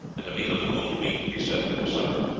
and a meal of cold meat to be set for their supper.